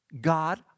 God